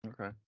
Okay